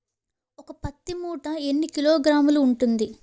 ఒక పత్తి మూట ఎన్ని కిలోగ్రాములు ఉంటుంది?